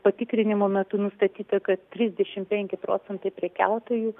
patikrinimo metu nustatyta kad trisdešim penki procentai prekiautojų